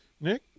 Nick